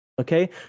Okay